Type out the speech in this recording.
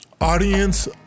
audience